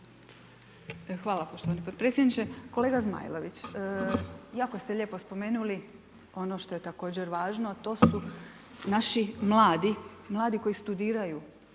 Hvala poštovani potpredsjedniče. Kolega Zmajlović, jako ste lijepo spomenuli, ono što je također važno, a to su naši mladi, mladi koji studiraju